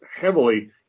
heavily